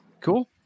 Cool